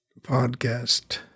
podcast